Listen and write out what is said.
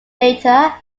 data